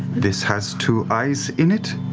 this has two eyes in it,